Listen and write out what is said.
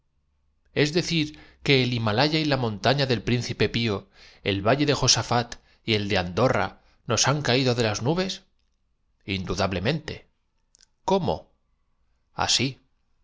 es decir que el himalaya y la montaña del príncipe pío el valle de josafat y el de andorra nos han caído de las nubes indudable mente cómo así los